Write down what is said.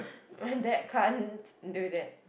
my dad can't do that